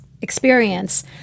experience